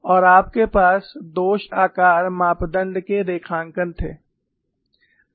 और आपके पास दोष आकार मापदण्ड के रेखांकन थे